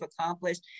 accomplished